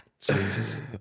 Jesus